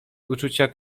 uczucia